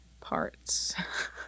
parts